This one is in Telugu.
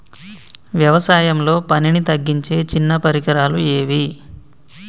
వ్యవసాయంలో పనిని తగ్గించే చిన్న పరికరాలు ఏవి?